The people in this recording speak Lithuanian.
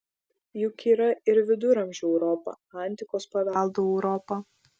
juk yra ir viduramžių europa antikos paveldo europa